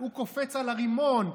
הוא קופץ על הרימון,